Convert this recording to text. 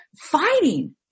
fighting